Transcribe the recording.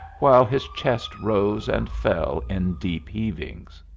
while his chest rose and fell in deep heavings.